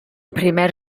primer